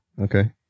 Okay